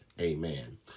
Amen